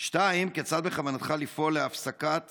2. כיצד בכוונתך לפעול להפסקת